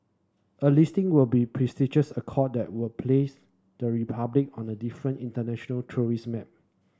a listing will be prestigious that would place the Republic on a different international tourist map